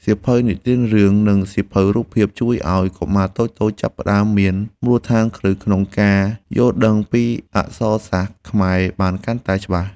សៀវភៅរឿងនិទាន និងសៀវភៅរូបភាពជួយឱ្យកុមារតូចៗចាប់ផ្តើមមានមូលដ្ឋានគ្រឹះក្នុងការយល់ដឹងពីអក្សរសាស្ត្រខ្មែរបានកាន់តែច្បាស់។